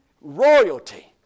Royalty